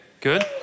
Good